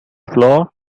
floor